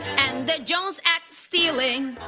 and the jones act stealing